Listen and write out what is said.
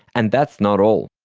and that's not all.